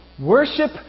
Worship